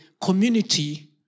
community